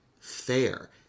fair